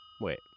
Wait